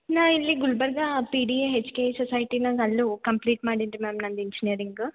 ನಾನು ಇಲ್ಲಿ Gulbarga P D A H K E ಸೊಸೈಟಿನಲ್ಲಿ ಅಲ್ಲೂ ಕಂಪ್ಲೀಟ್ ಮಾಡೀನ್ರಿ ಮ್ಯಾಮ್ ನನ್ನ ಇಂಜಿನಿಯರಿಂಗು